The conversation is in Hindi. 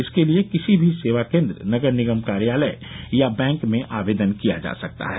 इसके लिये किसी भी सेवा केन्द्र नगर निगम कार्यालय या बैंक में आवेदन किया जा सकता है